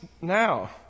now